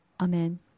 Amen